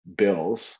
bills